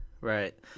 Right